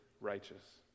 righteous